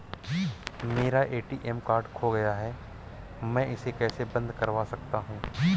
मेरा ATM card खो गया है मैं इसे कैसे बंद करवा सकता हूँ?